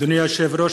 אדוני היושב-ראש,